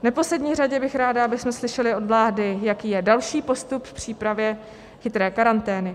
V neposlední řadě bych ráda, abychom slyšeli od vlády, jaký je další postup v přípravě chytré karantény.